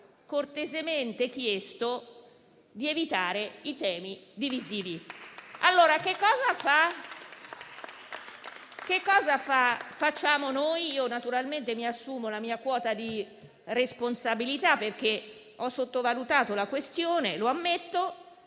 cortesemente chiesto di evitarne. Cosa facciamo, dunque? Naturalmente, mi assumo la mia quota di responsabilità, perché ho sottovalutato la questione, lo ammetto.